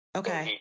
okay